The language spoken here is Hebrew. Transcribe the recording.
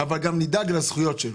אבל גם נדאג לזכויות שלו.